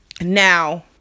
Now